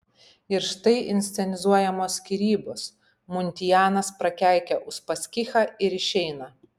ir štai inscenizuojamos skyrybos muntianas prakeikia uspaskichą ir išeina